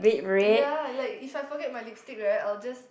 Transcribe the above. ya like if I forget my lipstick right I will just